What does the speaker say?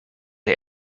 der